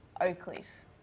Oakley's